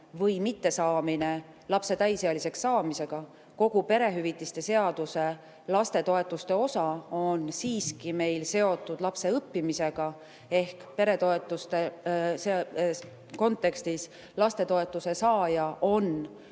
või mittesaamine lapse täisealiseks saamisega. Kogu perehüvitiste seaduse lastetoetuste osa on siiski meil seotud lapse õppimisega ehk peretoetuste kontekstis lastetoetuse saaja on